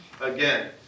again